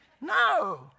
No